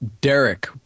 Derek